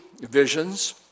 visions